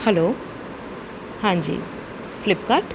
hello ਹਾਂਜੀ Flipkart